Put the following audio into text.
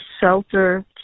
shelter